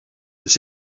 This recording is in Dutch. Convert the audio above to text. dus